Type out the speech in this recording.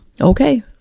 Okay